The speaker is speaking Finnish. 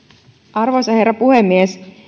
arvoisa herra puhemies